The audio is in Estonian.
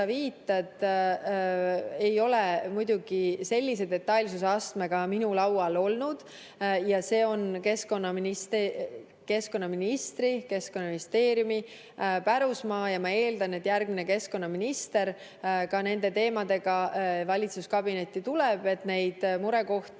viitad, ei ole muidugi sellise detailsusastmega minu laual olnud, see on keskkonnaministri ja Keskkonnaministeeriumi pärusmaa. Ma eeldan, et järgmine keskkonnaminister ka nende teemadega valitsuskabinetti tuleb, et ta murekohtadega,